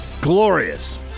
Glorious